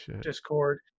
Discord